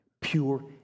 Pure